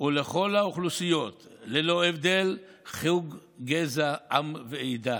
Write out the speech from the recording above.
ולכל האוכלוסיות ללא הבדל חוג, גזע, עם ועדה,